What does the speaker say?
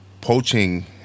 Poaching